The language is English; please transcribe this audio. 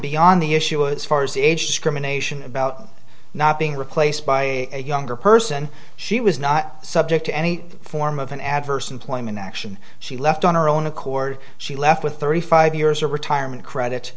beyond the issue as far as age discrimination about not being replaced by a younger person she was not subject to any form of an adverse employment action she left on her own accord she left with thirty five years of retirement credit